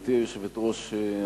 גברתי היושבת-ראש,